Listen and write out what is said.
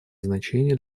значение